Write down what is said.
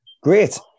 Great